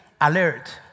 alert